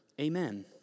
amen